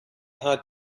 hard